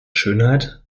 schönheit